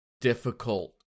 difficult